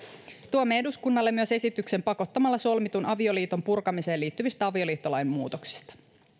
tuomme eduskunnalle myös esityksen pakottamalla solmitun avioliiton purkamiseen liittyvistä avioliittolain muutoksista